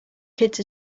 kids